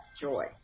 joy